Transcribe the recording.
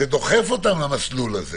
שדוחף אותם למסלול הזה